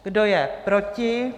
Kdo je proti?